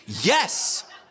Yes